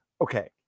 Okay